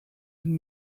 den